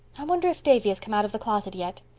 i wonder if davy has come out of the closet yet.